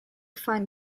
find